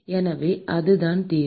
எனவே அதுதான் தீர்வு